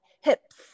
hips